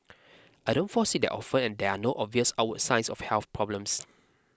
I don't fall sick that often and there are no obvious outward signs of health problems